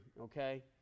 Okay